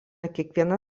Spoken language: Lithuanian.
kiekvieną